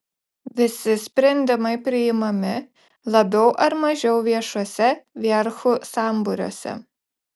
visi sprendimai priimami labiau ar mažiau viešuose verchų sambūriuose